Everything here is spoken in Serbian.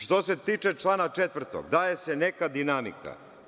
Što se tiče člana 4. daje se neka dinamika.